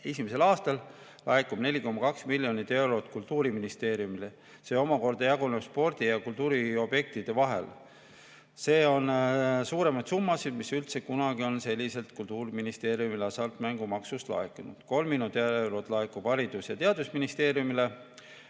2021. aastal 4,2 miljonit eurot Kultuuriministeeriumile. See omakorda jaguneb spordi- ja kultuuriobjektide vahel. See on suurimaid summasid, mis üldse kunagi on selliselt Kultuuriministeeriumile hasartmängumaksust laekunud. 3 miljonit eurot laekub Haridus- ja Teadusministeeriumile,